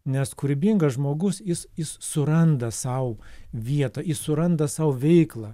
nes kūrybingas žmogus jis jis suranda sau vietą jis suranda sau veiklą